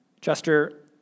Chester